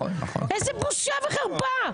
איזו בושה וחרפה,